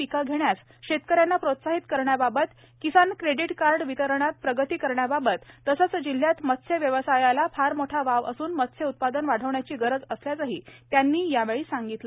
पिके घेण्यास शेतकऱ्यांना प्रोत्साहित करण्याबाबत किसान क्रेडिट कार्ड वितरणात प्रगती करण्याबाबत तसेच जिल्ह्यात मत्स्य व्यवसायाला फार मोठा वाव असून मत्स्यउत्पादन वाढविण्याची गरज असल्याचेही त्यांनी यावेळी सांगितले